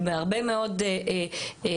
בהרבה מאוד מכשולים,